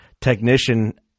technician